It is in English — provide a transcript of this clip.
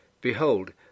behold